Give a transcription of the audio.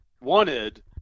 wanted